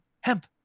hemp